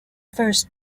first